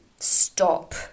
stop